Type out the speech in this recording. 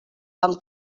vàrem